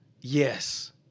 Yes